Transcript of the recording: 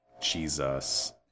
Jesus